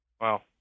Wow